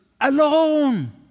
alone